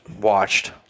watched